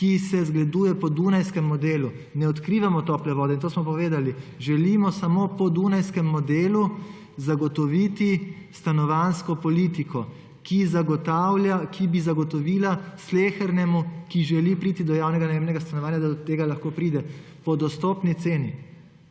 ki se zgleduje po dunajskem modelu. Ne odkrivamo tople vode, to smo povedali, želimo samo po dunajskem modelu zagotoviti stanovanjsko politiko, ki bi zagotovila slehernemu, ki želi priti do javnega najemnega stanovanja, da do tega lahko pride po dostopni ceni.